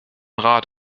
rat